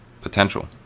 potential